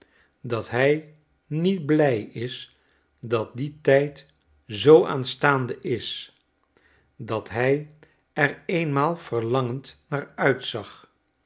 dat hij niet blij is dat die tijd zoo aanstaande is dat hij er eenmaal verlangend naar uitzag